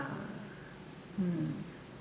hmm